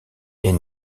est